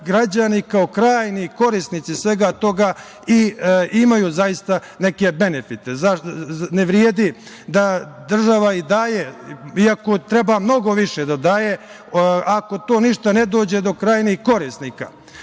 građani kao krajnji korisnici svega toga imaju neke benefite. Ne vredi da država i daje, iako treba mnogo više da daje, ako to ništa ne dođe do krajnjih korisnika. Šta